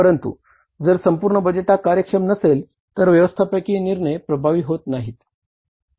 परंतु जर संपूर्ण बजेट हा कार्यक्षम नसेल तर व्यवस्थापकीय निंर्णय प्रभावी होत नाहीत